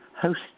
Host